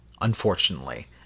unfortunately